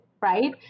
right